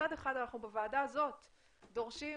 מצד אחד בוועדה הזאת אנחנו דורשים